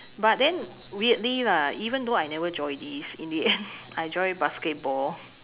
but then weirdly lah even though I never join this in the end I join basketball